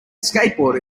skateboarder